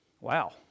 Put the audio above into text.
Wow